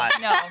No